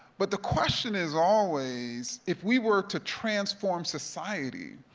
but the question is always if we were to transform society,